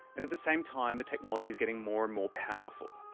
and at the same time, the technology is getting more and more powerful.